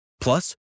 Plus